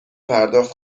پرداخت